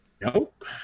Nope